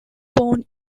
born